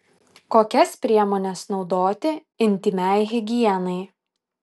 kokias priemones naudoti intymiai higienai